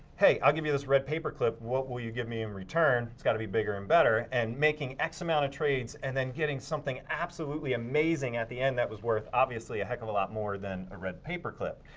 hey, i'll give you this red paper clip, what will you give me in return? it's gotta be bigger and better and making x amount of trades and then getting something absolutely amazing at the end that was worth obviously a heck of a lot more than the ah red paper clip.